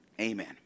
Amen